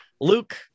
Luke